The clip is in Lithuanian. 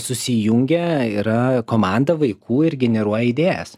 susijungia yra komanda vaikų ir generuoja idėjas